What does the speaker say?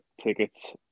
tickets